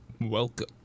welcome